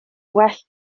well